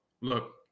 look